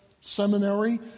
seminary